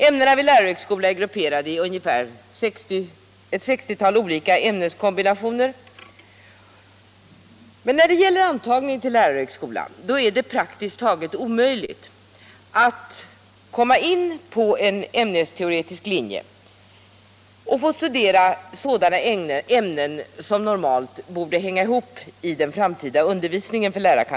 Ämnena vid lärarhögskolan är grupperade i ungefär ett 60-tal olika kombinationer. Men när det gäller antagningen till lärarhögskola är det praktiskt taget omöjligt för lärarkandidaten att komma in på en ämnesteoretisk linje och få studera sådana ämnen som normalt borde hänga ihop i den framtida undervisningen.